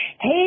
Hey